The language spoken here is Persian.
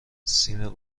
سیم